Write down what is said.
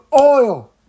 oil